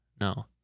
No